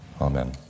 Amen